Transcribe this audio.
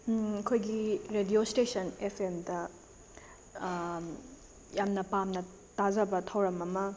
ꯑꯩꯈꯣꯏꯒꯤ radio station F ꯑꯦꯝꯗ ꯌꯥꯝꯅ ꯄꯥꯝꯅ ꯇꯖꯕ ꯊꯧꯔꯝ ꯑꯃ